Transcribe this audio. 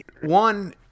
one